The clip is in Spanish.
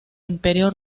imperio